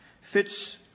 fits